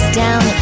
down